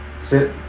Sit